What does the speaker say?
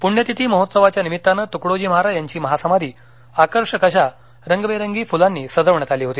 पुण्यतिथी महोत्सवाच्या निमित्ताने तूकडोजी महाराज यांची महासमाधी आकर्षक अशा रंगेबीरंगी फुलांनी सजवण्यात आली होती